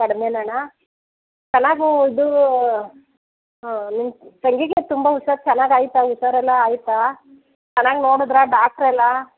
ಕಡಿಮೆನ ಅಣ್ಣ ಚೆನ್ನಾಗೂ ಇದು ನಿಮ್ಮ ತಂಗಿಗೆ ತುಂಬ ಹುಷಾರ್ ಚೆನ್ನಾಗಾಯ್ತ ಹುಷಾರೆಲ್ಲ ಆಯಿತಾ ಚೆನ್ನಾಗಿ ನೋಡಿದ್ರಾ ಡಾಕ್ಟ್ರೆಲ್ಲ